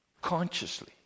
consciously